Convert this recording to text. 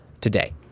today